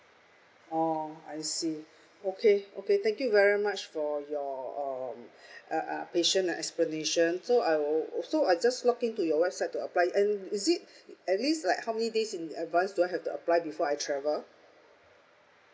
oh I see okay okay thank you very much for your um uh uh patient and explanation so I would so I just login to your website to apply and is it at least like how many days in advance do I have to apply before I travel